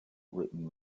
written